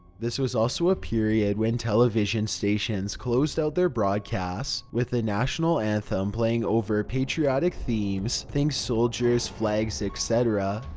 this was also a period when television stations closed out their broadcasts with the national anthem playing over patriotic themes think soldiers, flags, etc.